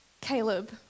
Caleb